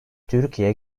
türkiye